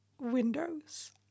Windows